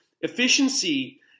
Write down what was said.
Efficiency